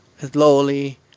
Slowly